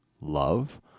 love